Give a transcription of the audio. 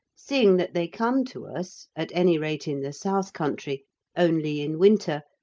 seeing that they come to us at any rate in the south country only in winter,